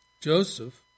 Joseph